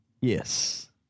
Yes